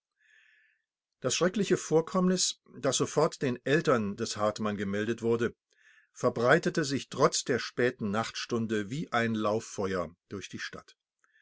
das schreckliche vorkommnis das sofort den eltern des hartmann gemeldet wurde verbreitete sich trotz der späten nachtstunde wie ein lauffeuer durch die stadt